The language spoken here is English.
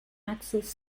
access